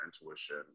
intuition